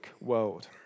world